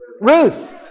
Ruth